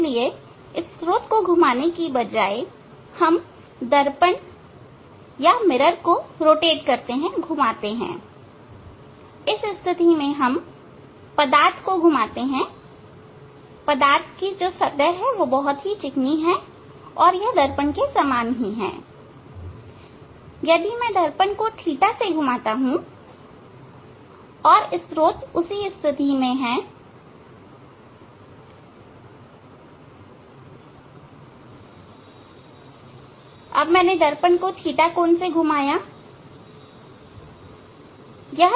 इसलिए स्त्रोत को घुमाने की बजाय हम दर्पण को घुमाते हैं इस स्थिति में हम पदार्थ को घुमाते हैं पदार्थ की सतह बहुत चिकनी है और यह दर्पण के समान ही है यदि मैं दर्पण को कोण ɵ से घुमाता हूं स्त्रोत उसी स्थिति में है यदि मैं दर्पण को ɵ कोण से घुमाता हूं